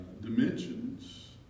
dimensions